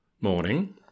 morning